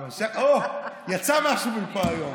המשיח, הו, יצא משהו מפה היום.